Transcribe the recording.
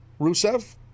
Rusev